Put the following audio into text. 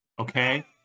okay